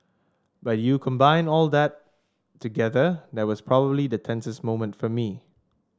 but you combine all that together that was probably the tensest moment for me